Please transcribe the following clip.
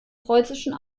preußischen